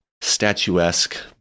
statuesque